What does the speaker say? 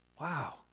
Wow